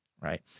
Right